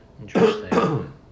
Interesting